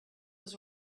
was